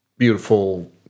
beautiful